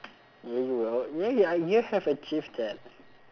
yeah you will yeah ya you have achieved that